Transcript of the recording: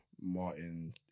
Martin